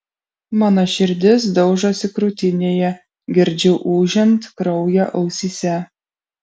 mano širdis daužosi krūtinėje girdžiu ūžiant kraują ausyse